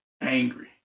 angry